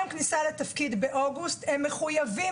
מחויבים,